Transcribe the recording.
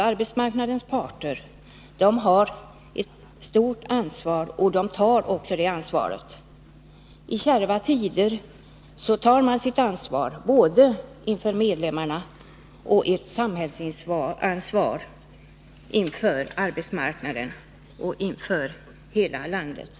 Arbetsmarknadens parter har ett stort ansvar, och jag tror att de också tar det ansvaret, både inför medlemmarna och ett samhällsansvar inför arbetsmarknaden och hela landet.